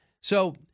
So-